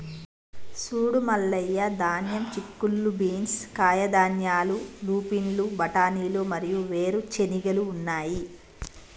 సూడు మల్లయ్య ధాన్యం, చిక్కుళ్ళు బీన్స్, కాయధాన్యాలు, లూపిన్లు, బఠానీలు మరియు వేరు చెనిగెలు ఉన్నాయి